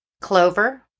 clover